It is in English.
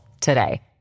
today